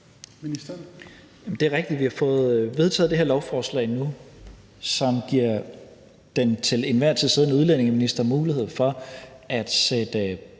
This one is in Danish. Det er rigtigt, at vi har fået vedtaget det her lovforslag nu, som giver den til enhver tid siddende udlændingeminister mulighed for at sætte